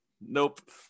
Nope